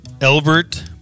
Elbert